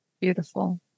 beautiful